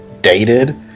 dated